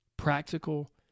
practical